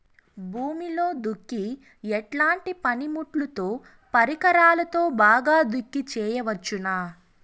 భూమిలో దుక్కి ఎట్లాంటి పనిముట్లుతో, పరికరాలతో బాగా దుక్కి చేయవచ్చున?